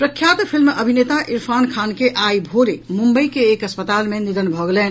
प्रख्यात फिल्म अभिनेता इरफान खान के आइ भोरे मुंबई के एक अस्पताल मे निधन भऽ गेलनि